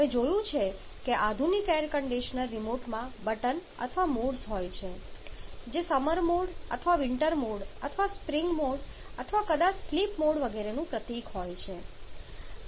તમે જોયું હશે કે આધુનિક એર કંડિશનર રિમોટમાં બટન અથવા મોડ્સ હોય છે જે સમર મોડ અથવા વિન્ટર મોડ અથવા સ્પ્રિંગ મોડ અથવા કદાચ સ્લીપ મોડ વગેરેનું પ્રતીક હોય છે